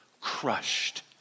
crushed